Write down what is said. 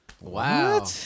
Wow